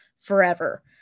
forever